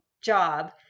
job